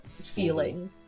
feeling